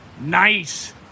Nice